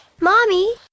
Mommy